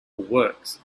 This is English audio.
works